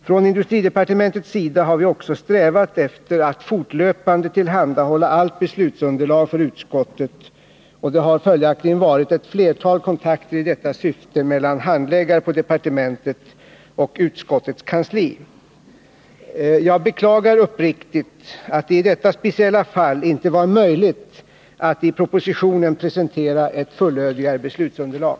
Från industridepartementets sida har vi också strävat efter att fortlöpande tillhandahålla allt beslutsunderlag för utskottet. Det har följaktligen varit ett flertal kontakter i detta syfte mellan handläggare på departementet och utskottets kansli. Jag beklagar uppriktigt att det i detta speciella fall inte varit möjligt att i propositionen presentera ett mera fullödigt beslutsunderlag.